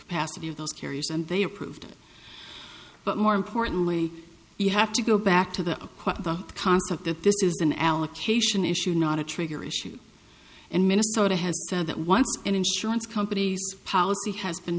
capacity of those carriers and they approved it but more importantly you have to go back to the concept that this is an allocation issue not a trigger issue and minnesota has said that once an insurance company's policy has been